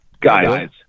Guys